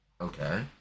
Okay